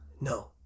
No